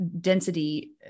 density